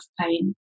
pain